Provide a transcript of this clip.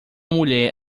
mulher